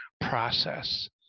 process